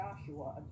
Joshua